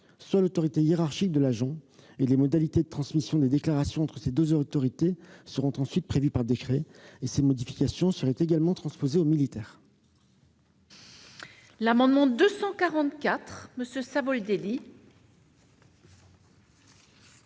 soit l'autorité hiérarchique de l'agent. Les modalités de transmission des déclarations entre ces deux autorités seront prévues par décret. Cette modification, je l'ai dit, serait également transposée aux militaires. L'amendement n° 244, présenté